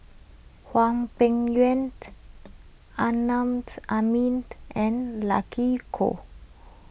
Hwang Peng Yuan Amin and Lucky Koh